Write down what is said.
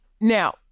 Now